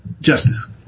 justice